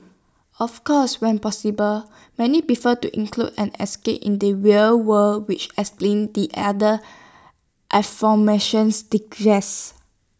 of course when possible many prefer to include an escape in the real world which explains the other distresses